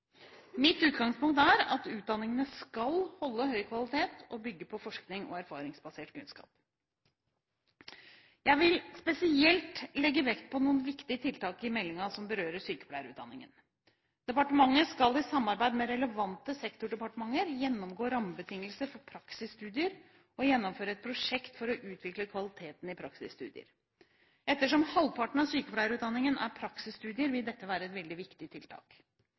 Mitt utgangspunkt er at utdanningene skal holde høy kvalitet og bygge på forskning og erfaringsbasert kunnskap. Jeg vil spesielt legge vekt på noen viktige tiltak i meldingen som berører sykepleierutdanningen. Departementet skal i samarbeid med relevante sektordepartementer gjennomgå rammebetingelser for praksisstudier og gjennomføre et prosjekt for å utvikle kvaliteten i praksisstudier. Ettersom halvparten av sykepleierutdanningen er praksisstudier, vil dette være et veldig viktig tiltak.